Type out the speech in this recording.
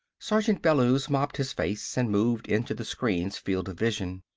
sergeant bellews mopped his face and moved into the screen's field of vision.